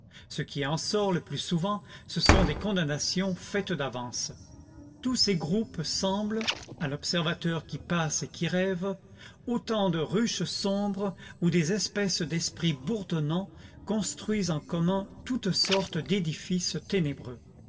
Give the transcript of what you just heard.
ce qui en sort le plus souvent ce sont des condamnations faites d'avance tous ces groupes semblent à l'observateur qui passe et qui rêve autant de ruches sombres où des espèces d'esprits bourdonnants construisent en commun toutes sortes d'édifices ténébreux